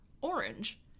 Orange